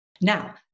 Now